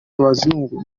abazungu